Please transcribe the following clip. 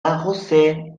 arrosée